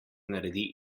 naredi